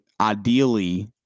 ideally